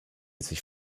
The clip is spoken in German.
sich